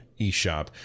eShop